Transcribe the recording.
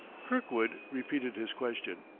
kirkwood repeated his question.